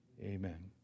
Amen